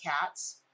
cats